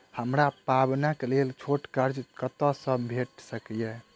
हमरा पाबैनक लेल छोट कर्ज कतऽ सँ भेटि सकैये?